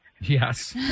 Yes